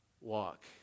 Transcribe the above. walk